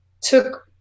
took